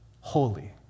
holy